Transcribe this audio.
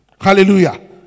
Hallelujah